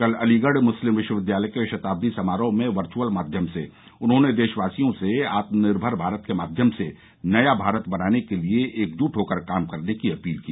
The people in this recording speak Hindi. कल अलीगढ़ मुस्लिम विश्वविद्यालय के शताब्दी समारोह में वर्चुअल माध्यम से उन्होंने देशवासियों से आत्मनिर्भर भारत के माध्यम से नया भारत बनाने के लिए एकजूट होकर काम करने की अपील की